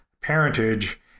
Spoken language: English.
parentage